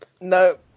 no